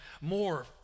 more